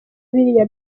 biriya